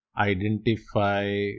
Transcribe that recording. identify